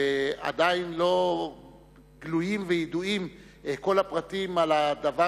ועדיין לא גלויים וידועים כל הפרטים על הדבר,